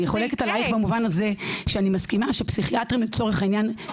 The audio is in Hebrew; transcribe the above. אני חולקת עלייך במובן הזה שאני מסכימה שפסיכיאטרים חסר,